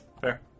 fair